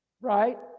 right